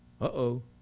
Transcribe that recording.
Uh-oh